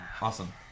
Awesome